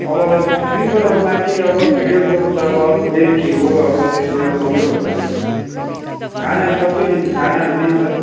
अब स्लिपर हो माथि अब भिडियो कोच छ बस एसी हो अब त्यसमा अलिक महँगै पर्छ नि खानाहरू सबै दिन्छ खानाहरू दिन्छ